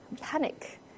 panic